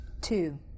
Two